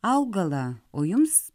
augalą o jums